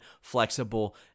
flexible